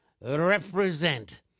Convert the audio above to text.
represent